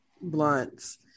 blunts